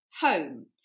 home